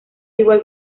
igual